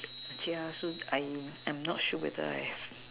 yeah so I'm I'm not sure whether I'm